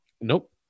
Nope